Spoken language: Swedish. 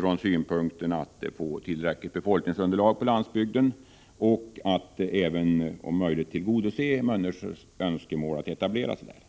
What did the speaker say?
från synpunkten av ett tillräckligt befolkningsunderlag på landsbygden, och som om möjligt kan tillgodose människors egna önskemål om etablering.